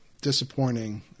disappointing